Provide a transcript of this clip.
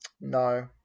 No